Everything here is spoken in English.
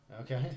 Okay